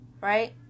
right